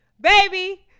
baby